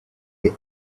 they